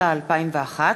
התשס"א 2001,